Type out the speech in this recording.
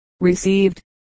received